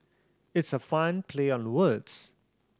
it's a fun play on words